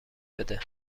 بده